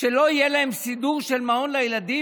שלא יהיה להם סידור של מעון לילדים,